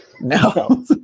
No